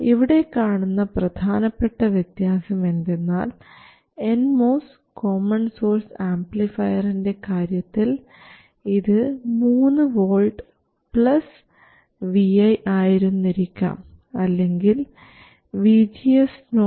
ഇവിടെ കാണുന്ന പ്രധാനപ്പെട്ട വ്യത്യാസം എന്തെന്നാൽ എൻ മോസ് കോമൺ സോഴ്സ് ആംപ്ലിഫയറിൻറെ കാര്യത്തിൽ ഇത് 3 V vi ആയിരുന്നിരിക്കാം അല്ലെങ്കിൽ VGS0 vi